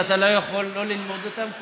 ואתה לא יכול שלא ללמוד אותם,